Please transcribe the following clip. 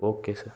okay sir